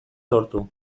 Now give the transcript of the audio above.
sortu